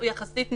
הוא יחסית נגיש.